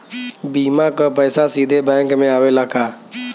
बीमा क पैसा सीधे बैंक में आवेला का?